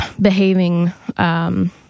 behaving